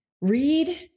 Read